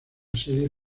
serie